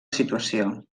situació